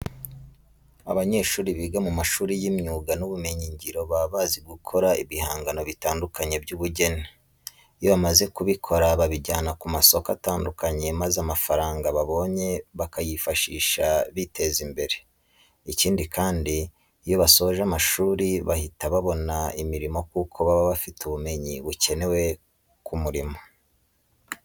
Abanyeshuri biga mu mashuri y'imyuga n'ubumenyingiro baba bazi gukora ibihangano bitandukanye by'ubugeni. Iyo bamaze kubikora babijyana ku masoko atandukanye maza amafaranga babonye bakayifashisha biteza imbere. Ikindi kandi, iyo basoje amashuri bahita babona imirimo kuko baba bafite ubumenyi bukenewe ku murimo.